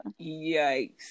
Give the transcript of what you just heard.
yikes